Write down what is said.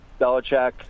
Belichick